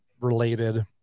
related